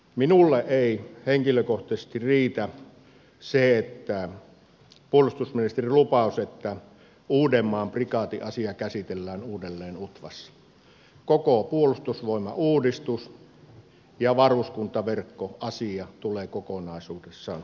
minulle ei henkilökohtaisesti riitä se puolustusministerin lupaus että uudenmaan prikaatin asia käsitellään uudelleen utvassa koko puolustusvoimauudistus ja varuskuntaverkkoasia tulee kokonaisuudessaan ottaa käsittelyyn